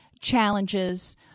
challenges